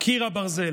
"קיר הברזל"